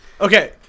Okay